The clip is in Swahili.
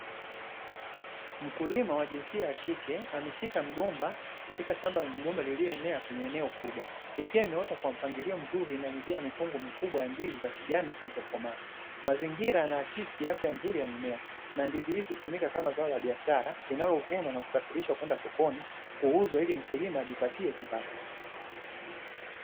Mkulima wa jinsia ya kike ameshika mgomba katika shamba la migomba lililoenea kwenye eneo kubwa, ikiwa imeota kwa mpangilio mzuri na imebeba mikungu mikubwa ya ndizi za kijani zilizokomaa, mazingira yanaakisi afya nzuri ya mimea na ndizi hizo hutumika kama zao la biashara, linalovunwa na kusafirisha kwenda sokoni kuuzwa ili mkulima ajipatie kipato .